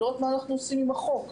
לראות מה אנחנו עושים עם החוק.